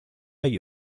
agli